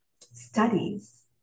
studies